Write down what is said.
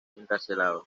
encarcelado